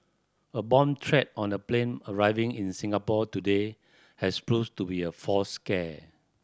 a bomb threat on a plane arriving in Singapore today has proves to be a false scare